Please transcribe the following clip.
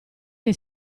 che